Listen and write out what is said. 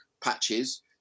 patches